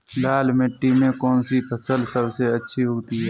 लाल मिट्टी में कौन सी फसल सबसे अच्छी उगती है?